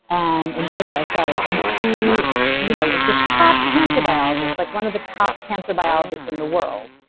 and in haifa sorry. and he you know is this top cancer biologists, like one of the top cancer biologists in the world.